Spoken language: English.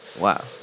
Wow